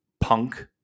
Punk